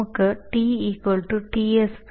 നമുക്ക് T Tsp